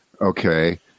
okay